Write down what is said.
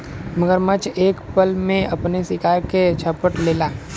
मगरमच्छ एक पल में अपने शिकार के झपट लेला